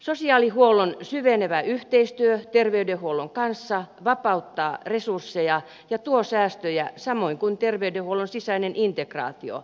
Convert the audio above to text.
sosiaalihuollon syvenevä yhteistyö terveydenhuollon kanssa vapauttaa resursseja ja tuo säästöjä samoin kuin terveydenhuollon sisäinen integraatio